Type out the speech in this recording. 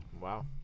Wow